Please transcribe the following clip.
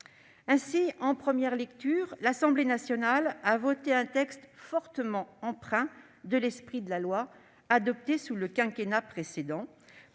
En première lecture, l'Assemblée nationale a voté un texte fortement empreint de l'esprit de la loi adoptée sous le quinquennat précédent,